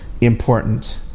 important